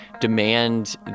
demand